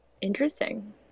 interesting